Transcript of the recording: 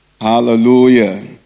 Hallelujah